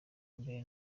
mbere